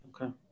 Okay